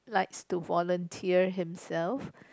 likes to volunteer himself